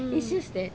mm